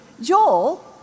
Joel